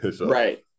Right